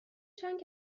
چند